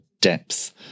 depth